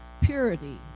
purity